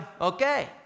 Okay